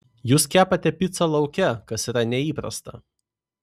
jūs kepate picą lauke kas yra neįprasta